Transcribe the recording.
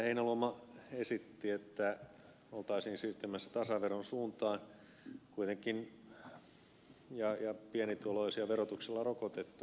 heinäluoma esitti että oltaisiin siirtymässä tasaveron suuntaan ja pienituloisia on verotuksella rokotettu